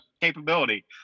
capability